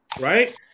right